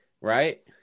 right